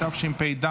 התשפ"ד